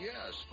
Yes